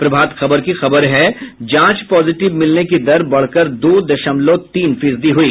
प्रभात खबर की खबर है जांच पॉजिटिव मिलने की दर बढ़कर दो शमलव तीन फीसदी हुई